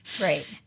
Right